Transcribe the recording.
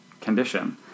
condition